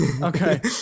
Okay